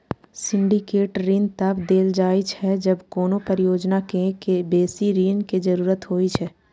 syndicate ऋण तब देल जाइ छै, जब कोनो परियोजना कें बेसी ऋण के जरूरत होइ छै